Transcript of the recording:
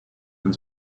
and